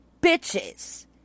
bitches